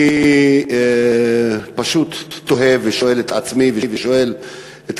אני פשוט תוהה ושואל את עצמי ושואל את